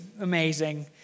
amazing